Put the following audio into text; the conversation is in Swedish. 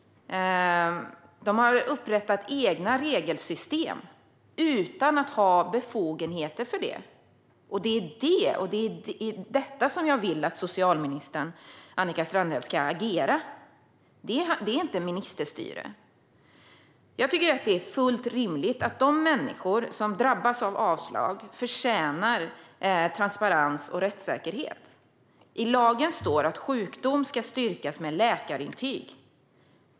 Man har upprättat egna regelsystem utan att ha befogenheter för det. Det är detta som jag vill att socialminister Annika Strandhäll ska agera emot. Det är inte ministerstyre. Jag tycker att det är fullt rimligt att de människor som drabbas av avslag förtjänar transparens och rättssäkerhet. I lagen står det att sjukdom ska styrkas med läkarintyg.